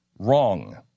Wrong